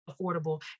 affordable